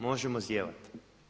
Možemo zijevati.